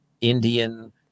Indian